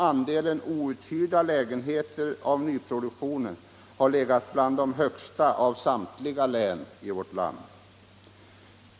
Andelen outhyrda lägenheter i nyproduktionen har varit bland de högsta i vårt land.